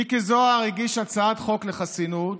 מיקי זוהר הגיש הצעת חוק לחסינות,